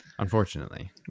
Unfortunately